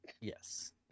yes